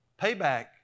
Payback